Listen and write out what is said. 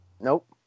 Nope